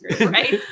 right